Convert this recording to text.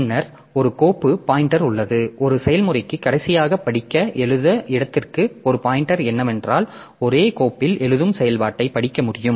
பின்னர் ஒரு கோப்பு பாய்ன்டெர் உள்ளது ஒரு செயல்முறைக்கு கடைசியாக படிக்க எழுதும் இடத்திற்கு ஒரு பாய்ன்டெர் என்னவென்றால் ஒரே கோப்பில் எழுதும் செயல்பாட்டை படிக்க முடியும்